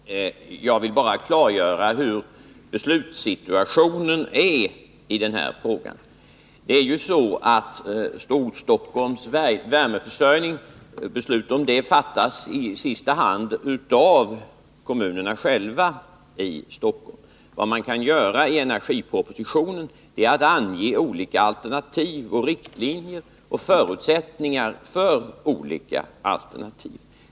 Herr talman! Jag vill bara klargöra hurdan beslutssituationen är i den här frågan. Det är ju så att beslut om värmeförsörjningen i Storstockholm i sista hand fattas av kommunerna själva inom regionen. Vad man kan göra i energipropositionen är att ange olika alternativ och riktlinjer och förutsättningar för olika alternativ.